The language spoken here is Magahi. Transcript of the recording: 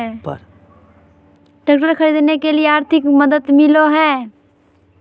ट्रैक्टर खरीदे के लिए आर्थिक मदद मिलो है?